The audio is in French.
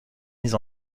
mise